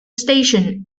station